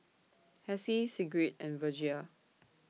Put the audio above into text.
Hessie Sigrid and Virgia